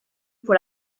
pour